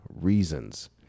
reasons